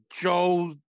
Joe